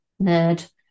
nerd